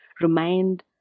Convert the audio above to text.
remind